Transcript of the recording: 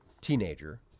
teenager